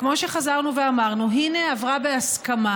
וכמו שחזרנו ואמרנו: הינה, עברה בהסכמה,